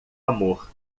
amor